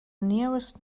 nearest